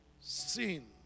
seen